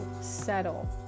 settle